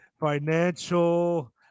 Financial